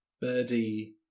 birdie